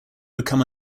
become